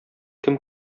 кем